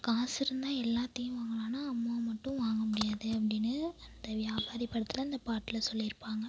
காசு இருந்தால் எல்லாத்தையும் வாங்கலாம் ஆனால் அம்மாவை மட்டும் வாங்க முடியாது அப்படின்னு அந்த வியாபாரி படத்தில் அந்த பாட்டில் சொல்லியிருப்பாங்க